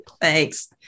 Thanks